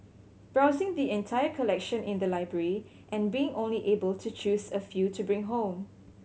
browsing the entire collection in the library and being only able to choose a few to bring home